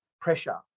pressure